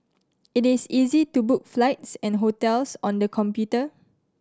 it is easy to book flights and hotels on the computer